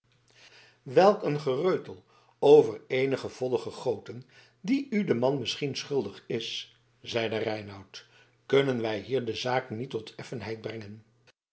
welk een gereutel over eenige voddige grooten die u de man misschien schuldig is zeide reinout kunnen wij hier de zaak niet tot effenheid brengen